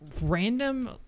random